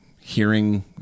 hearing